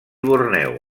borneo